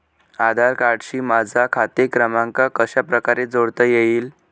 आधार कार्डशी माझा खाते क्रमांक कशाप्रकारे जोडता येईल?